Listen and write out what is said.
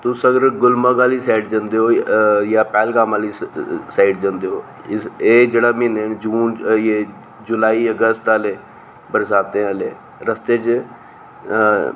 तुस अगर गुलमर्ग आह्ली साइड जंदे ओ जां पैहलगाम आह्ली साइड जंदे ओ एह् जेह्ड़े म्हीने ना जून जुलाई अगस्त आह्ले बरसांते आह्ले रस्ते च